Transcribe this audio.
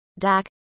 DAC